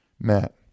Matt